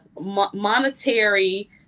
monetary